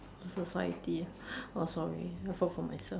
society ah oh sorry I thought for myself